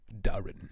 Darren